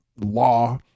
law